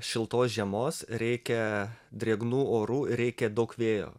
šiltos žiemos reikia drėgnų orų reikia daug vėjo